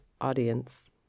audience